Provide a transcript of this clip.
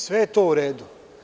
Sve je to u redu.